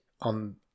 On